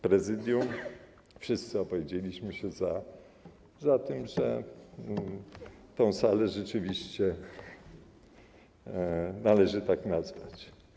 Prezydium wszyscy opowiedzieliśmy się za tym, że tę salę rzeczywiście należy tak nazwać.